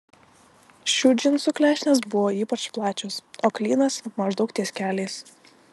šių džinsų klešnės buvo ypač plačios o klynas maždaug ties keliais